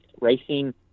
racing